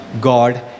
God